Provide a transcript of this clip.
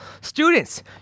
Students